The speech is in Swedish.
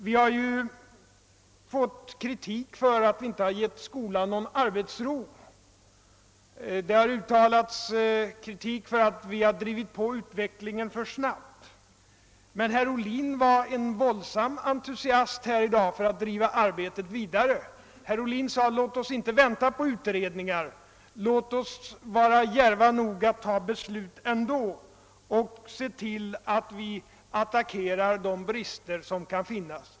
Vi har fått kritik för att vi inte har givit skolan någon arbetsro; kritik har uttalats för att vi har drivit på utvecklingen för snabbt. Men herr Ohlin var i dag en våldsam entusiast för att arbetet skulle drivas vidare. Han sade: Låt oss inte vänta på utredningar, låt oss vara djärva nog att fatta beslut ändå och se till att vi attackerar de brister som kan finnas!